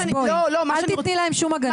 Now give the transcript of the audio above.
אז בואי, אל תתני להם שום הגנה.